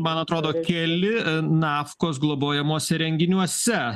man atrodo keli nafkos globojamuose renginiuose